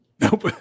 Nope